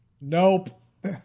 Nope